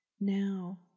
Now